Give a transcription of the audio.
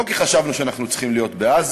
לא כי חשבנו שאנחנו צריכים להיות בעזה,